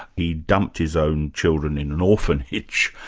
he dumped his own children in an orphanage,